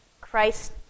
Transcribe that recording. Christ